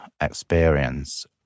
experience